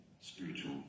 spiritual